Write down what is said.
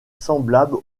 semblables